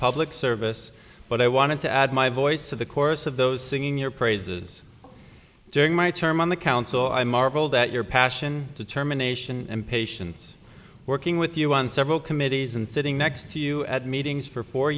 public service but i wanted to add my voice of the chorus of those singing your praises during my term on the council i marveled at your passion determination and patience working with you on several committees and sitting next to you at meetings for four